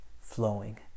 flowing